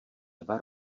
dva